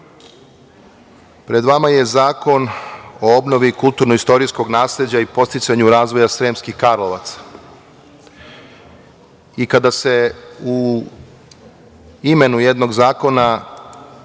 pred vama je Zakon o obnovi kulturno-istorijskog nasleđa i podsticanju razvoja Sremskih Karlovaca. Kada se u imenu jednog zakona